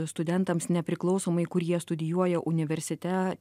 studentams nepriklausomai kur jie studijuoja universite